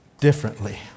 differently